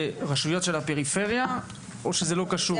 אובדנות ברשויות בפריפריה או שזה לא קשור?